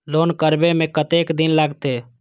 Loan करबे में कतेक दिन लागते?